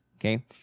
okay